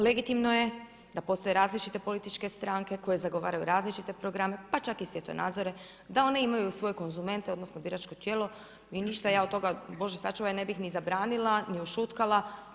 Legitimno je da postoje različite političke stranke koje zagovaraju različite programe pa čak i svjetonazore da one imaju svoje konzumente odnosno biračko tijelo i ništa ja od toga, Bože sačuvaj, ne bih ni zabranila, ni ušutkala.